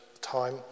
time